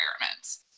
requirements